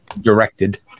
directed